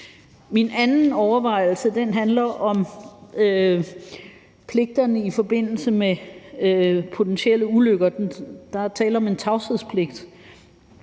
Min anden overvejelse handler om pligterne i forbindelse med potentielle ulykker; der er tale om en tavshedspligt.